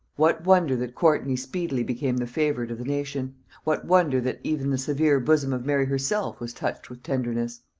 what wonder that courtney speedily became the favorite of the nation what wonder that even the severe bosom of mary herself was touched with tenderness!